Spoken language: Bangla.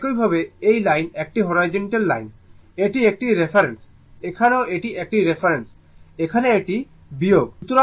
তো একইভাবে এই লাইন একটি হরাইজন্টাল লাইন এটি একটি রেফারেন্স এখানেও এটি একটি রেফারেন্স এখানে এটি বিয়োগ